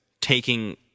taking